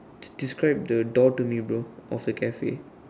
describe the door to me bro of the Cafe